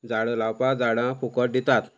झाडां लावपा झाडां फुकट दितात